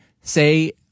say